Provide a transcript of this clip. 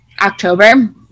October